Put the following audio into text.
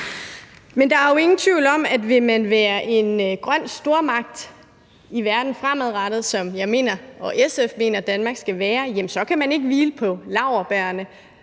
Men der er jo ingen tvivl om, at vil man være en grøn stormagt i verden fremadrettet, som jeg og SF mener Danmark skal være, kan man ikke hvile på laurbærrene